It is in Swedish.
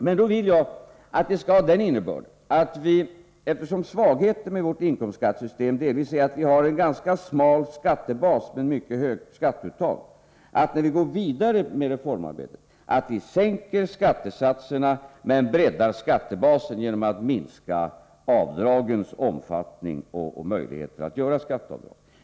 Men när vi går vidare med reformarbetet vill jag, eftersom svagheten med vårt inkomstskattesystem delvis är att vi har en ganska smal skattebas men ett mycket högt skattetak, att innebörden skall vara att vi sänker skattesatserna men breddar skattebasen genom att minska avdragens omfattning och möjligheterna att göra skatteavdrag.